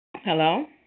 Hello